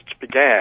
began